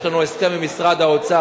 יש לנו הסכם עם משרד האוצר,